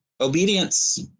Obedience